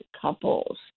couples